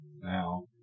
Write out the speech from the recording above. now